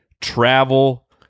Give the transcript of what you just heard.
travel